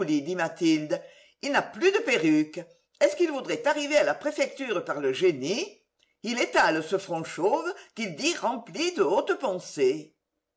mathilde il n'a plus de perruque est-ce qu'il voudrait arriver à la préfecture par le génie il étale ce front chauve qu'il dit rempli de hautes pensées